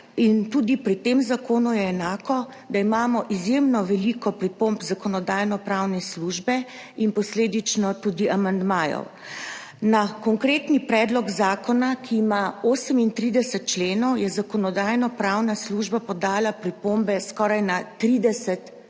in tudi pri tem zakonu je enako, da imamo izjemno veliko pripomb Zakonodajno-pravne službe in posledično tudi amandmajev. Na konkretni predlog zakona, ki ima 38 členov, je Zakonodajno-pravna služba podala pripombe skoraj na 30 členov,